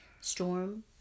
Storm